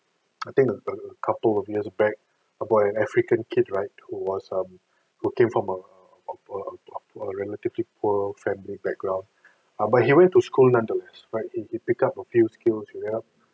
I think a a couple of years back a boy an african kids right who was um who came from a a relatively poor family background err but he went to school nonetheless right he he pick up a few skills and read up